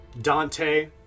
Dante